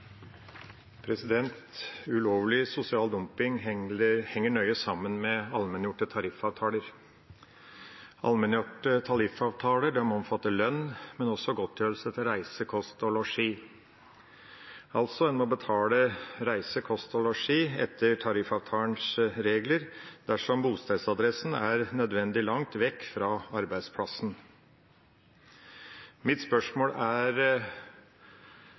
Ulovlig sosial dumping henger nøye sammen med allmenngjorte tariffavtaler. Allmenngjorte tariffavtaler omfatter lønn, men også godtgjørelse til reise, kost og losji. En må altså betale reise, kost og losji etter tariffavtalens regler dersom bostedsadressen er nødvendig langt vekk fra arbeidsplassen. Mitt spørsmål er